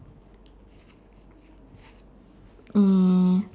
mm